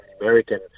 American